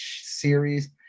series